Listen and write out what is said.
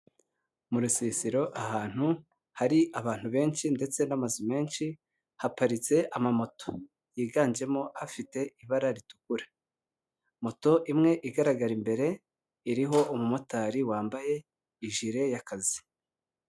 Mu rusisiro ahantu hari abantu benshi ndetse n'amazu menshi haparitse amamoto yiganjemo hafite ibara ritukura, moto imwe igaragara imbere iriho umumotari wambaye ijire y'akazi.